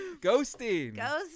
ghosting